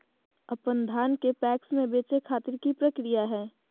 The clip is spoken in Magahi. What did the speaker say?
अपन धान के पैक्स मैं बेचे खातिर की प्रक्रिया हय?